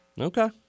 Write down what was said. Okay